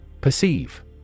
Perceive